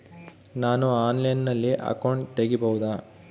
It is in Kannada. ನಾನು ಆನ್ಲೈನಲ್ಲಿ ಅಕೌಂಟ್ ತೆಗಿಬಹುದಾ?